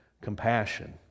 compassion